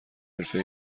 حرفه